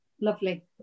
lovely